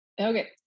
Okay